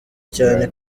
cyane